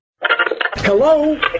Hello